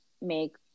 make